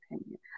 opinion